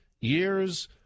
years